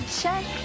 check